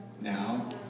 now